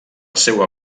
seua